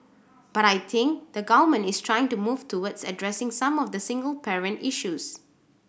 but I think the Government is trying to move towards addressing some of the single parent issues